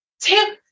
Tim